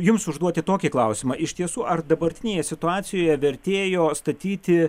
jums užduoti tokį klausimą iš tiesų ar dabartinėje situacijoje vertėjo statyti